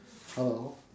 hello